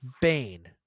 bane